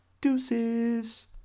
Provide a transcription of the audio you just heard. deuces